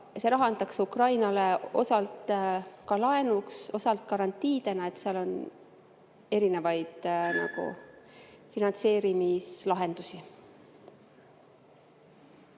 see raha antakse Ukrainale osalt ka laenuks, osalt garantiidena, seal on erinevaid finantseerimislahendusi.